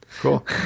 Cool